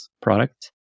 product